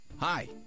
Hi